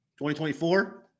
2024